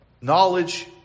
knowledge